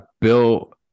Bill